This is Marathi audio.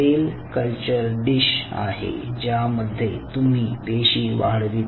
सेल कल्चर डिश आहे ज्यामध्ये तुम्ही पेशी वाढविता